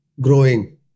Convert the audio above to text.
growing